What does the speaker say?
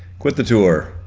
quit the tour,